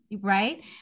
right